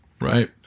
right